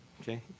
okay